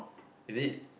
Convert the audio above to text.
is it